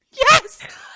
Yes